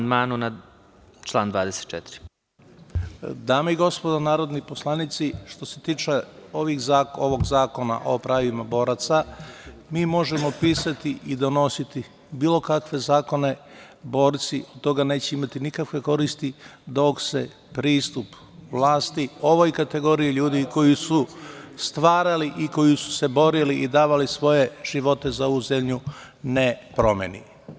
Dame i gospodo narodni poslanici, što se tiče ovog Zakona o pravima boraca, mi možemo pisati i donositi bilo kakve zakone, borci od toga neće imati nikakve koristi dok se pristup vlasti ovoj kategoriji ljudi, koji su stvarali i koji su se borili i davali svoje živote za ovu zemlju, ne promeni.